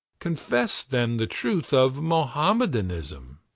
confess then the truth of mohammedanism,